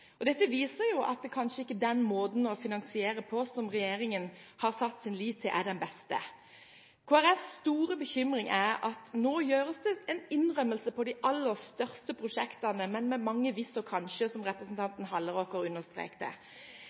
Dette viser at det kanskje ikke er den beste måten å finansiere på, det som regjeringen har satt sin lit til. Nå gjøres det en innrømmelse når det gjelder de aller største prosjektene, men med mange «hvis» og «kanskje», som representanten Halleraker understreket.